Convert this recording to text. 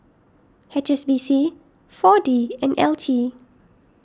H S B C four D and L T